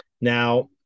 Now